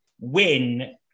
win